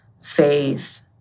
faith